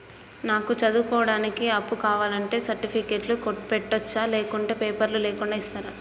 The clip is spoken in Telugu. నాకు చదువుకోవడానికి అప్పు కావాలంటే సర్టిఫికెట్లు పెట్టొచ్చా లేకుంటే పేపర్లు లేకుండా ఇస్తరా?